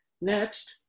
Next